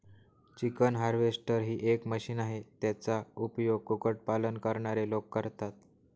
chicken harvester ही एक machine आहे, ज्याचा उपयोग कुक्कुट पालन करणारे लोक करतात